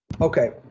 Okay